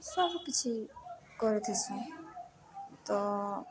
ସବୁକିିଛି କରିଥିସି ତ